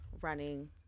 running